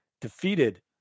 defeated